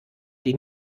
die